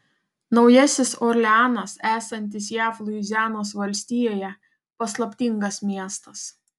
naujasis orleanas esantis jav luizianos valstijoje paslaptingas miestas